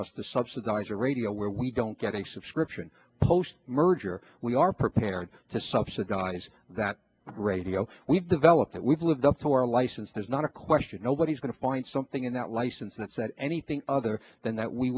us to subsidize a radio where we don't get a subscription post merger we are prepared to subsidize that radio we've developed that we've lived up to our license there's not a question nobody's going to find something in that license that said anything other than that we